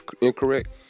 incorrect